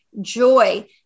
joy